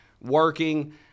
working